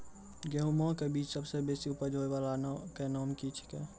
गेहूँमक बीज सबसे बेसी उपज होय वालाक नाम की छियै?